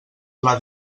pla